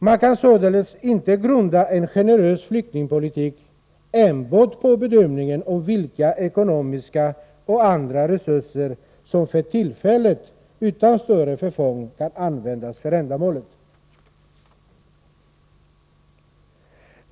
Man kan således inte grunda en generös flyktingpolitik enbart på bedömningen av vilka ekonomiska och andra resurser som för tillfället utan större förfång kan användas för ändamålet.